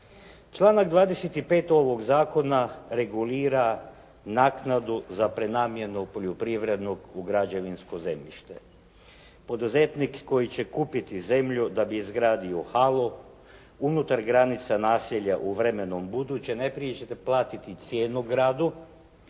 Članak 25. ovog zakona, regulira naknadu za prenamjenu poljoprivrednog u građevinsko zemljište. Poduzetnik koji će kupiti zelju da bi izgradio halu, unutar granica naselja u vremenu budućem, najprije ćete platiti cijenu gradu.